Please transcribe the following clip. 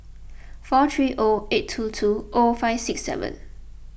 four three O eight two two O five six seven